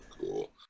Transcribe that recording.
cool